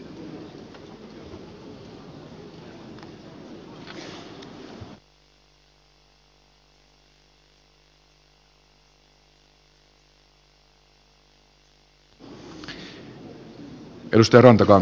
herra puhemies